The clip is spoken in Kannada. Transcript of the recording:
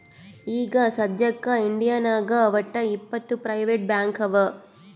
ಈಗ ಸದ್ಯಾಕ್ ಇಂಡಿಯಾನಾಗ್ ವಟ್ಟ್ ಇಪ್ಪತ್ ಪ್ರೈವೇಟ್ ಬ್ಯಾಂಕ್ ಅವಾ